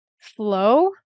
flow